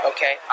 Okay